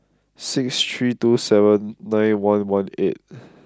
six three two seven nine one one eight